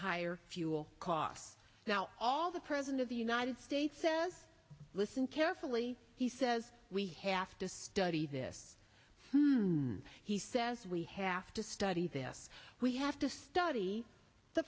higher fuel costs now all the president of the united states says listen carefully he says we have to study this he says we have to study this we have study the